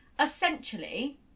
essentially